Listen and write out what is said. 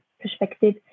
perspective